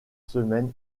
semaine